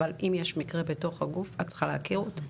אבל אם יש מקרה בתוך הגוף את צריכה להכיר אותו.